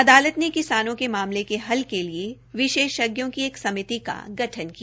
अदालत ने किसानों के मामले के हल के लिए विशेषज्ञों की एक समिति का गठन भी किया